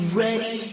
ready